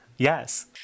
yes